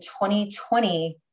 2020